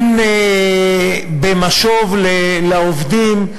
הן במשוב לעובדים,